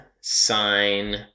sign